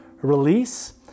release